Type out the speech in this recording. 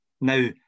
Now